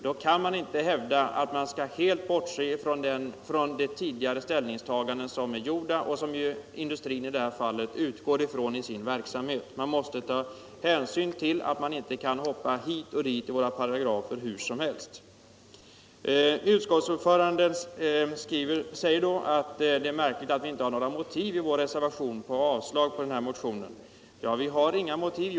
Då kan man inte hävda att man helt skall bortse från de tidigare ställningstaganden som gjorts och som industrin i detta fall utgår ifrån i sin verksamhet. Utskottet måste ta hänsyn till att man inte kan hoppa hit och dit hur som helst i våra paragrafer. Utskottsordföranden säger då att det är märkligt att vi i vår reservation inte har anfört några motiv för ett avstyrkande av motionen.